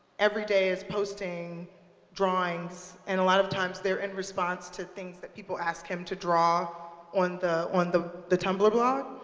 everyday, is posting drawings, and a lot of times, they're in response to things that people ask him to draw on the on the tumblr blog.